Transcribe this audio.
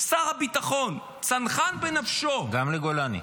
שר הביטחון, צנחן בנפשו --- גם לגולני.